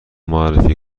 معرفی